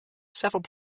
several